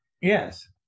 Yes